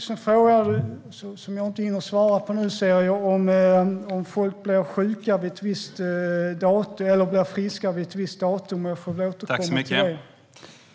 Du frågade också om någonting som jag inte hinner svara på nu - om folk blir friska vid ett visst datum. Jag får återkomma till det.